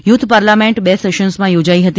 youth parliament બે સેશન્સમાં યોજાઇ હતી